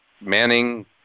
Manning